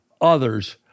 others